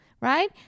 right